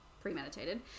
premeditated